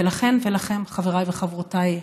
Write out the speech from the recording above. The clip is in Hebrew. ולכן ולכם, חבריי וחברותיי.